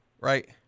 right